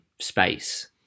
space